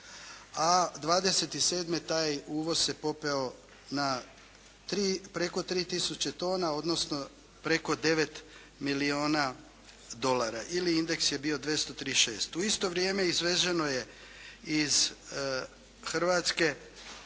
a 2007. taj uvoz se popeo preko 3 tisuće tona odnosno preko 9 milijuna dolara ili indeks je bio 236. U isto vrijeme izveženo je iz Hrvatske